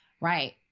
right